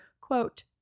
quote